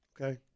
okay